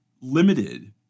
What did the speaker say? limited